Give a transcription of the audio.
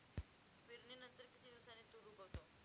पेरणीनंतर किती दिवसांनी तूर उगवतो?